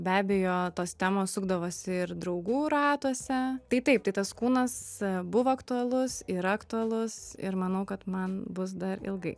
be abejo tos temos sukdavosi ir draugų ratuose tai taip tai tas kūnas buvo aktualus yra aktualus ir manau kad man bus dar ilgai